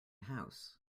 house